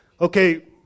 Okay